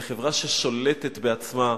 לחברה ששולטת בעצמה,